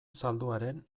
zalduaren